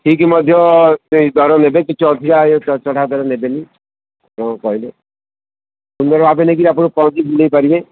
ଠିକ୍ ମଧ୍ୟ ଦର ନେବେ କିଛି ଅଧିକା ଚଢ଼ା ଦର ନେବେନି କ'ଣ କହିଲେ ଆପଣଙ୍କୁ ନେଇକି ବୁଲାଇ ପାରିବେ